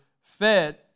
fed